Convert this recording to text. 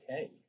okay